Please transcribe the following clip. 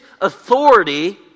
authority